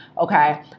okay